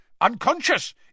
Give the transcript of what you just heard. Unconscious